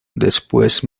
después